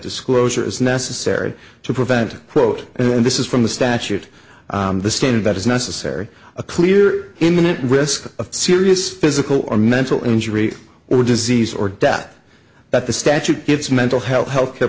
disclosure is necessary to prevent quote and this is from the statute the standard that is necessary a clear imminent risk of serious physical or mental injury or disease or death that the statute gives mental health health care